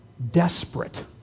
Desperate